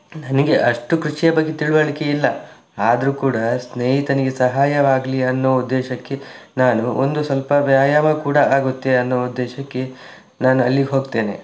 ನನಗೆ ಅಷ್ಟು ಕೃಷಿಯ ಬಗ್ಗೆ ತಿಳುವಳಿಕೆ ಇಲ್ಲ ಆದರೂ ಕೂಡ ಸ್ನೇಹಿತನಿಗೆ ಸಹಾಯವಾಗಲಿ ಅನ್ನೋ ಉದ್ದೇಶಕ್ಕೆ ನಾನು ಒಂದು ಸ್ವಲ್ಪ ವ್ಯಾಯಾಮ ಕೂಡ ಆಗುತ್ತೆ ಅನ್ನೋ ಉದ್ದೇಶಕ್ಕೆ ನಾನು ಅಲ್ಲಿಗೆ ಹೋಗ್ತೇನೆ